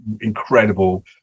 incredible